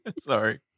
Sorry